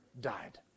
died